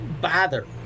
bother